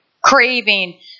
Craving